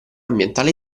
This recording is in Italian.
ambientale